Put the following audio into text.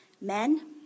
Men